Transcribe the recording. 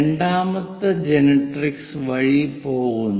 രണ്ടാമത്തേത് ജനറട്രിക്സ് വഴി പോകുന്നു